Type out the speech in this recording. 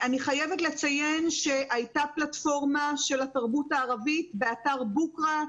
אני חייבת לציין שהיתה פלטפורמה של התרבות הערבית באתר "בוקרא",